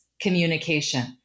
communication